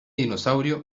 dinosaurio